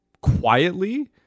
quietly